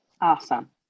Awesome